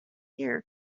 year